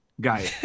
guy